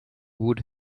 would